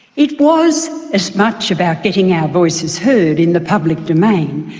it was as much about getting our voices heard in the public domain,